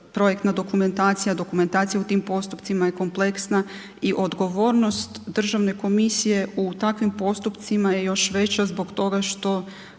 dokumentacija u tim postupcima je kompleksna i odgovornost državne komisije u takvim postupcima je još veća zbog toga što